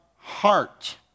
heart